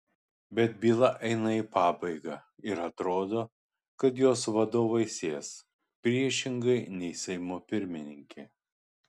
bet byla eina į pabaigą ir atrodo kad jos vadovai sės priešingai nei seimo pirmininkė